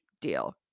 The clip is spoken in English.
deal